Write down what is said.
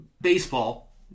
baseball